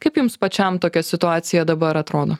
kaip jums pačiam tokia situacija dabar atrodo